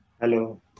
Hello